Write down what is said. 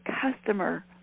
customer